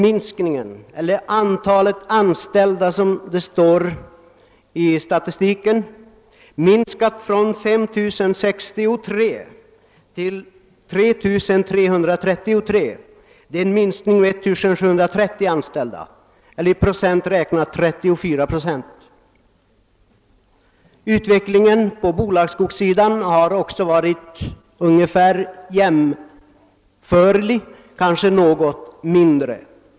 I skogslänen har antalet anställda hos domänverket under denna period minskat från 5063 till 3 333. Det är en minskning med 1 730 anställda eller i procent räknat 34 procent. Minskningen på bolagsskogssidan har varit ungefär jämförlig, kanske något mindre.